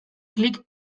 klik